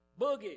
Boogie